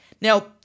Now